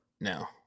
no